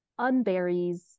unburies